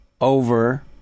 over